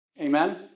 Amen